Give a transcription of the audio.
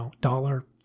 dollar